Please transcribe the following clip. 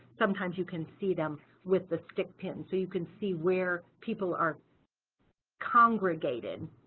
sometimes you can see them with the stick pin, so you can see where people are congregated